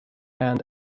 and